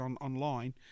online